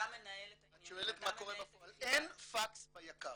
אתה מנהל את העניינים -- את שואלת מה קורה בפועל אין פקס ביק"ר,